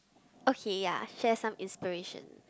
okay ya share some inspiration